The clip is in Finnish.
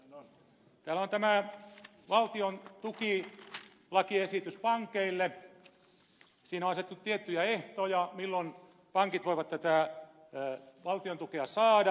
täällä on tämä valtion tukilakiesitys pankeille jossa on asetettu tiettyjä ehtoja milloin pankit voivat tätä valtion tukea saada